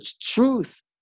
truth